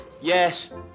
Yes